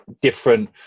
different